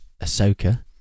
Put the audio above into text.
Ahsoka